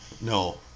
no